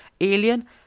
Alien